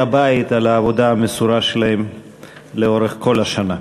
הבית על העבודה המסורה שלהם לאורך כל השנה.